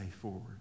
forward